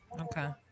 Okay